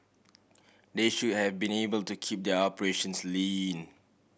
they should have been able to keep their operations lean